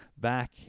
back